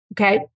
okay